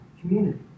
community